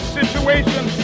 situation